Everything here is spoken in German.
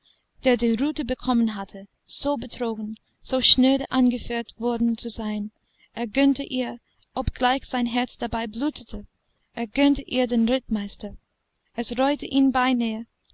der die rute bekommen hatte so betrogen so schnöde angeführt worden zu sein er gönnte ihr obgleich sein herz dabei blutete er gönnte ihr den rittmeister es reute ihn beinahe